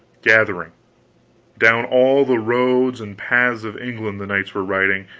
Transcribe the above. gathering down all the roads and paths of england the knights were riding,